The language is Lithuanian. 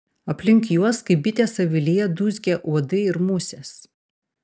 aplink juos kaip bitės avilyje dūzgia uodai ir musės